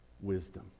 Wisdom